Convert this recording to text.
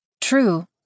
True